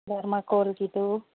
ꯗꯔꯃꯥꯀꯣꯜꯒꯤꯗꯨ